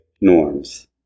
norms